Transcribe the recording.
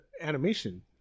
animation